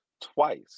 twice